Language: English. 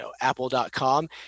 Apple.com